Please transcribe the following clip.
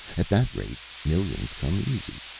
at that rate millions come easy.